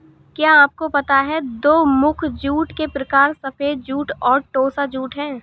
क्या आपको पता है दो मुख्य जूट के प्रकार सफ़ेद जूट और टोसा जूट है